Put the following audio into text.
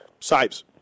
Sipes